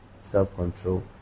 self-control